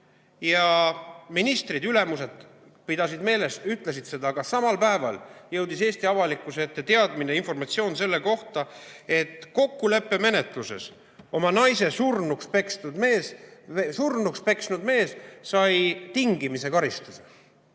ja ministrid, ülemused pidasid meeles, ütlesid seda. Aga samal päeval jõudis Eesti avalikkuse ette teadmine, informatsioon selle kohta, et kokkuleppemenetluses sai oma naise surnuks peksnud mees tingimisi karistuse.